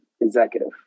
executive